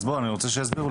אני רוצה שיסבירו לי.